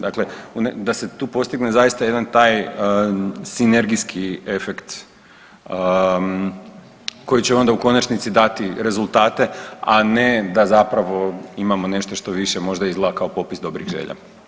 Dakle, da se tu postigne zaista jedan taj sinergijski efekt koji će onda u konačnici dati rezultate, a ne da zapravo imamo nešto što više možda izgleda kao popis dobrih želja.